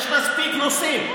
יש מספיק נושאים,